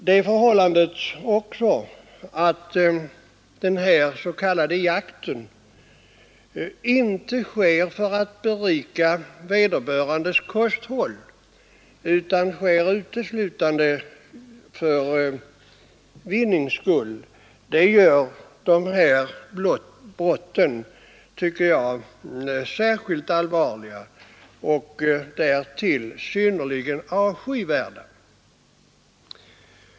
Det förhållandet att denna ”jakt” inte sker för att berika vederbörandes kosthåll utan uteslutande för vinnings skull gör dessa brott särskilt allvarliga och därtill synnerligen avskyvärda.